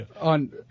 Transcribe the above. on